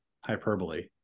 hyperbole